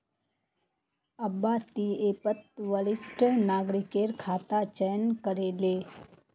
अब्बा ती ऐपत वरिष्ठ नागरिकेर खाता चयन करे ले